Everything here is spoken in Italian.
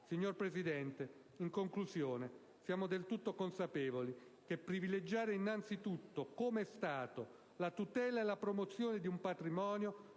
Signor Presidente, in conclusione, siamo del tutto consapevoli che privilegiare innanzi tutto come Stato la tutela e la promozione di un patrimonio